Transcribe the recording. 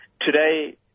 Today